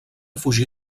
fugir